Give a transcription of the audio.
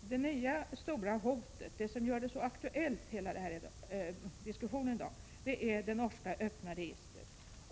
Det nya stora hotet, det som gör hela den här diskussionen så aktuell, är det norska öppna registret.